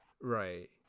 Right